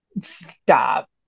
Stop